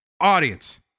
Audience